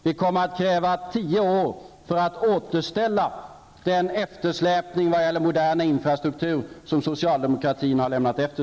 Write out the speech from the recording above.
Det kommer att krävas tio år för att återställa den eftersläpning vad gäller modern infrastruktur som socialdemokratin har lämnat kvar.